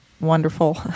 wonderful